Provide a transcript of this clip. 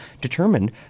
determined